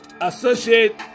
associate